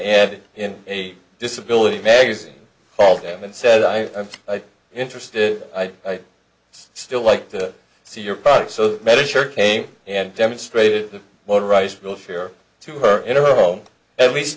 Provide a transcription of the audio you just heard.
end in a disability magazine called him and said i am interested i still like to see your product so the measure came and demonstrated the motorized wheelchair to her in her home at least